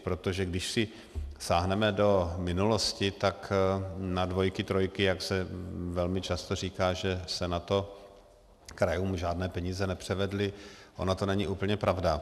Protože když si sáhneme do minulosti na dvojky, trojky, jak se velmi často říká, že se na to krajům žádné peníze nepřevedly, ona to není úplně pravda.